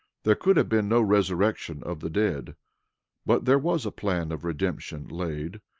there could have been no resurrection of the dead but there was a plan of redemption laid,